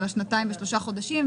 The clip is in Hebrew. של שנתיים ושלושה חודשים,